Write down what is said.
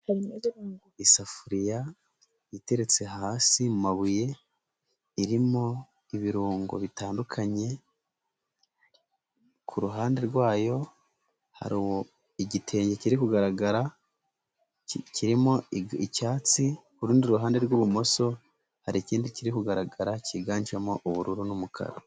Isafuriya iteretse hasi mu mabuye irimo ibirungo bitandukanye, ku ruhande rwayo hari igitenge kiri kugaragara kirimo icyatsi, ku rundi ruhande rw'ibumoso hari ikindi kiri kugaragara cyiganjemo ubururu n'umukara.